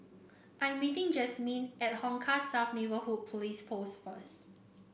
I'm meeting Jazmin at Hong Kah South Neighbourhood Police Post first